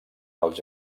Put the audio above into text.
dels